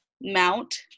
Mount